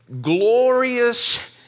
glorious